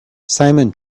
simon